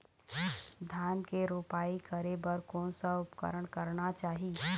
धान के रोपाई करे बर कोन सा उपकरण करना चाही?